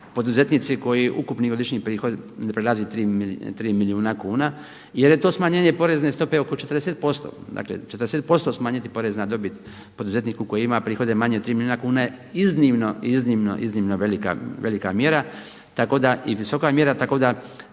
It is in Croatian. poduzetnici koji ukupni godišnji prihod ne prelazi tri milijuna kuna jer je to smanjenje porezne stope oko 40%. Dakle, 40% smanjiti porez na dobit poduzetniku koji ima prihode manje od 3 milijuna kuna je iznimno, iznimno velika mjera, tako da i visoka mjera, tako da